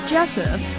Joseph